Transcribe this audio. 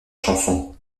chanson